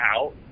out